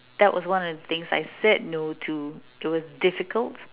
that was one of the things I said no to it was difficult